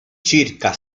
circa